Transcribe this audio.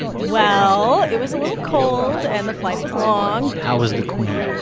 well, it was a little cold, and the flight was long how was the queen?